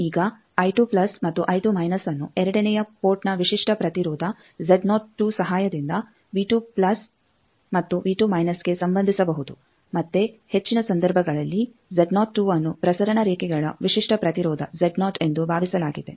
ಈಗ ಮತ್ತು ಅನ್ನು ಎರಡನೆಯ ಪೋರ್ಟ್ನ ವಿಶಿಷ್ಟ ಪ್ರತಿರೋಧ ಸಹಾಯದಿಂದ ಮತ್ತು ಗೆ ಸಂಬಂಧಿಸಬಹುದು ಮತ್ತೆ ಹೆಚ್ಚಿನ ಸಂದರ್ಭಗಳಲ್ಲಿ ಅನ್ನು ಪ್ರಸರಣ ರೇಖೆಗಳ ವಿಶಿಷ್ಟ ಪ್ರತಿರೋಧ ಎಂದು ಭಾವಿಸಲಾಗಿದೆ